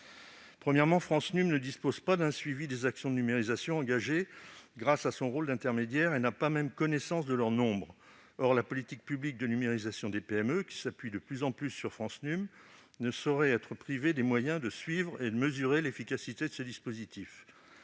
Premièrement, France Num ne dispose pas d'un suivi des actions de numérisation engagées grâce à son rôle d'intermédiaire. Il n'a pas même connaissance de leur nombre. Or la politique publique de numérisation des PME, qui s'appuie de plus en plus sur France Num, ne saurait être privée des moyens de suivre et de mesurer l'efficacité de ses dispositifs.